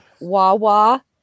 Wawa